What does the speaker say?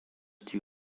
due